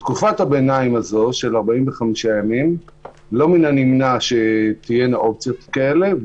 בתקופת הביניים הזאת של 45 הימים לא מן הנמנע שתהיינה אופציות כאלה,